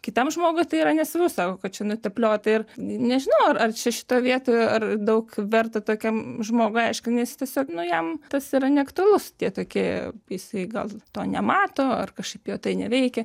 kitam žmogui tai yra nesvarbu sako kad čia nutepliota ir nežinau ar ar čia šitoj vietoj ar daug verta tokiam žmogui aiškint nes jis tiesiog nu jam tas yra neaktualus tie tokie jisai gal to nemato ar kažkaip jo tai neveikia